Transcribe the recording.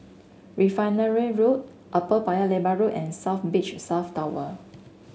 Refinery Road Upper Paya Lebar Road and South Beach South Tower